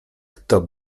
kto